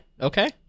okay